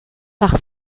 par